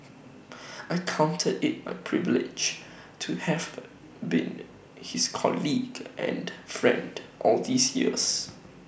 I counted IT my privilege to have been his colleague and friend all these years